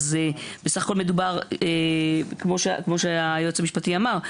כמו שהיועץ המשפטי אמר,